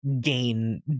gain